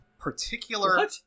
particular